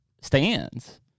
stands